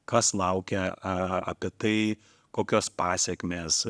kas laukia apie tai kokios pasekmės